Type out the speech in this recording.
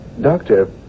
Doctor